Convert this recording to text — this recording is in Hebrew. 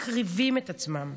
מקריבים את עצמם,